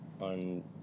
on